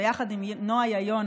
ביחד עם נועה יאיון,